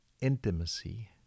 intimacy